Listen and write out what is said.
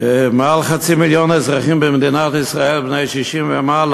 מעל חצי מיליון אזרחים במדינת ישראל בני 60 ומעלה,